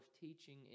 teaching